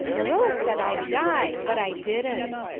marilla said i'd die but i dident.